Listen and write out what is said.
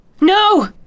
No